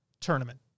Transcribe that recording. tournament